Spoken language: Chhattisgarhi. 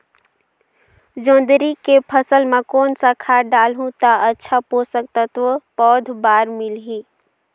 जोंदरी के फसल मां कोन सा खाद डालहु ता अच्छा पोषक तत्व पौध बार मिलही?